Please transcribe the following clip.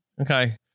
Okay